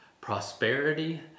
prosperity